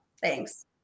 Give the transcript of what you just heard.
Thanks